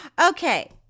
Okay